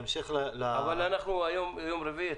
אנחנו היום ביום רביעי.